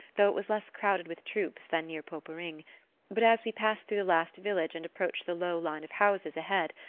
though it was less crowded with troops than near poperinghe but as we passed through the last village and approached the low line of houses ahead,